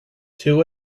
two